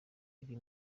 iri